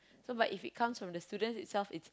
so but if it comes from the students itself it's